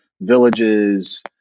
villages